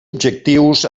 objectius